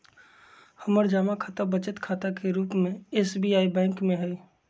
हमर जमा खता बचत खता के रूप में एस.बी.आई बैंक में हइ